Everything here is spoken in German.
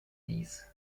ließ